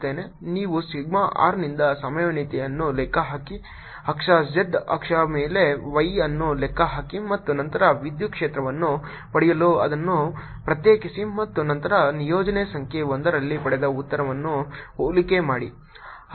ನೀವು sigma r ನಿಂದ ಸಂಭಾವ್ಯತೆಯನ್ನು ಲೆಕ್ಕಹಾಕಿ ಅಕ್ಷ z ಅಕ್ಷದ ಮೇಲೆ v ಅನ್ನು ಲೆಕ್ಕಹಾಕಿ ಮತ್ತು ನಂತರ ವಿದ್ಯುತ್ ಕ್ಷೇತ್ರವನ್ನು ಪಡೆಯಲು ಅದನ್ನು ಪ್ರತ್ಯೇಕಿಸಿ ಮತ್ತು ನಂತರ ನಿಯೋಜನೆ ಸಂಖ್ಯೆ 1 ರಲ್ಲಿ ಪಡೆದ ಉತ್ತರವನ್ನು ಹೋಲಿಕೆ ಮಾಡಿ